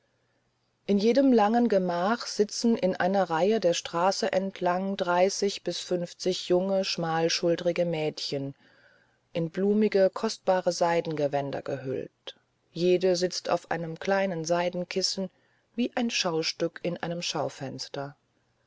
in jedem langen gemach sitzen in einer reihe der straße entlang dreißig bis fünfzig junge schmalschultrige mädchen in blumige kostbare seidengewänder gehüllt jede sitzt auf einem kleinen seidenkissen wie ein schaustück in einem schaufenster